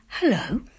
Hello